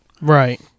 Right